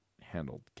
handled